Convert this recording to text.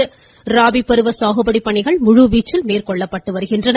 இதன்படி ராபி பருவ சாகுபடி பணிகள் முழுவீச்சில் மேற்கொள்ளப்பட்டு வருகின்றன